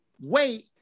wait